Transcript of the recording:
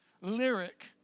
Lyric